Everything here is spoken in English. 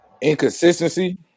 inconsistency